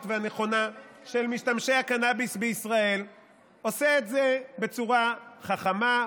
והנכונה של משתמשי הקנביס בישראל עושה את זה בצורה חכמה,